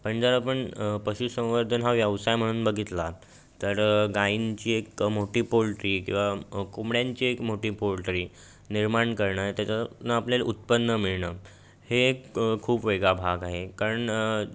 पण जर आपण पशुसंवर्धन हा व्यवसाय म्हणून बघितला तर गाईंची एक मोठी पोल्ट्री किंवा कोंबड्यांची एक मोठी पोल्ट्री निर्माण करणं त्याच्यातनं आपल्याला उत्पन्न मिळणं हे एक खूप वेगळा भाग आहे कारण